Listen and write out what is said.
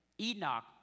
Enoch